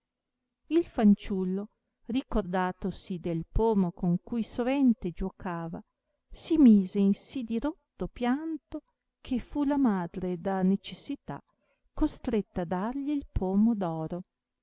il fanciullo ricordatosi del pomo con cui sovente giuocava si mise in sì dirotto pianto che fu la madre da necessità costretta dargli il pomo